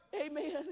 Amen